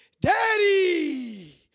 Daddy